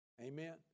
Amen